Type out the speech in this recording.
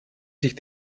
sich